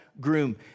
groom